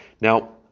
Now